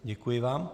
Děkuji vám.